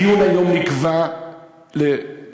הדיון היום נקבע במדויק,